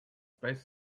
space